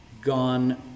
gone